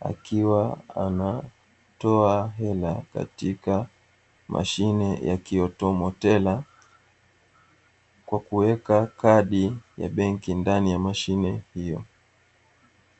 akiwa anatoa hela katika mashine ya kiautomotela kwa kuweka kadi ya benki ndani ya mashine hiyo.